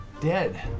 dead